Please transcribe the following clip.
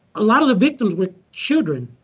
a lot of the victims were children.